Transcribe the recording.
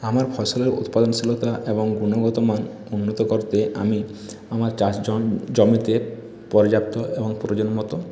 আমার ফসলের উৎপাদনশীলতা এবং গুণগত মান উন্নত করতে আমি আমার চাষ জমিতে পর্যাপ্ত এবং প্রয়োজন মতো